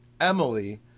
Emily